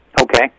Okay